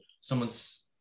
someone's